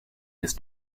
his